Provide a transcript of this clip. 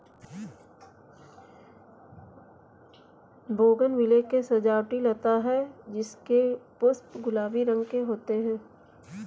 bougainvillea एक सजावटी लता है जिसके पुष्प गुलाबी रंग के होते है